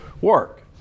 work